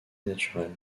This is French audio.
naturelle